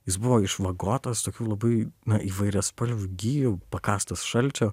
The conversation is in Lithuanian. jis buvo išvagotas tokių labai na įvairiaspalvių gijų pakąstas šalčio